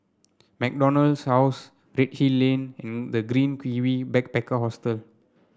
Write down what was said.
MacDonald House Redhill Lane and The Green Kiwi Backpacker Hostel